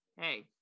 hey